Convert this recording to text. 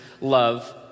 love